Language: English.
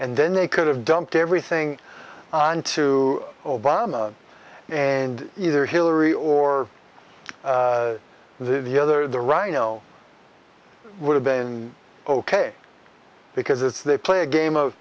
and then they could have dumped everything onto obama and either hillary or the other the rhino would have been ok because it's they play a game of